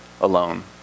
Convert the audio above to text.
alone